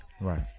Right